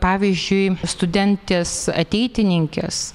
pavyzdžiui studentės ateitininkės